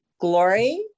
Glory